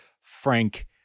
frank